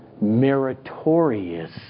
meritorious